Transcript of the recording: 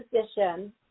position